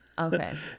okay